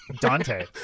Dante